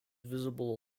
visible